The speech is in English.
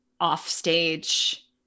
offstage